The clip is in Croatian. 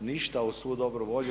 ništa uz svu dobru volju.